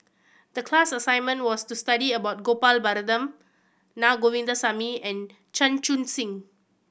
the class assignment was to study about Gopal Baratham Na Govindasamy and Chan Chun Sing